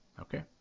Okay